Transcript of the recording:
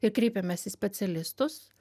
ir kreipėmės į specialistus